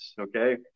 Okay